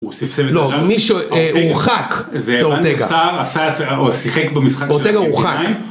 מישהו הורחק, זה אורטגה.